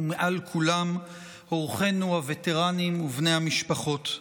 ומעל כולם אורחינו הווטרנים ובני המשפחות,